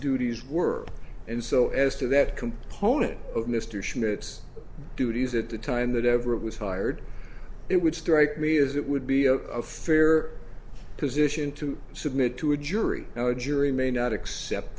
duties were and so as to that component of mr schmidt duties at the time that ever it was hired it would strike me as it would be a fair position to submit to a jury no jury may not accept